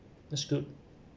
that's good